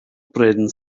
bryn